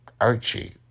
Archie